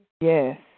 Yes